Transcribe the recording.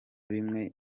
bimwe